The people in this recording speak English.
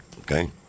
Okay